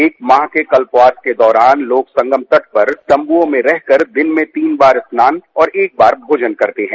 एक माह के कल्पवास के दौरान लोग संगम तट पर तम्वुओं पर रहकर दिन में तीन बार स्नान और एक बार भोजन करते हैं